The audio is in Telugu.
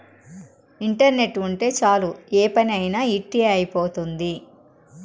ఇంటర్నెట్ ఉంటే చాలు ఏ పని అయినా ఇట్టి అయిపోతుంది